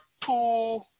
two